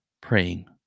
praying